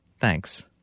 Thanks